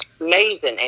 Amazing